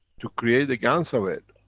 to create the gans of it.